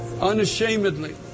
unashamedly